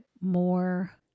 more